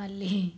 మళ్ళీ